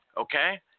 Okay